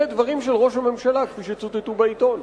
אלה דברים של ראש הממשלה, כפי שצוטטו בעיתון.